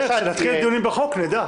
כשיתחילו הדיונים על הצעת החוק נדע.